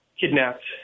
kidnapped